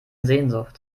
sehnsucht